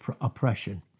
oppression